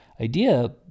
idea